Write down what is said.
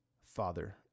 Father